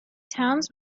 towns